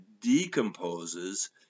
decomposes